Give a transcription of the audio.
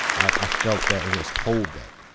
i felt that and was told that.